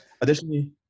additionally